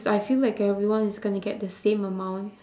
I feel like everyone is gonna get the same amount